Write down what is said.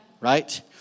Right